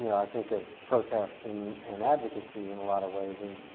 you know i think of protest and and advocacy in a lot of ways and